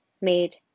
made